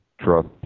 trust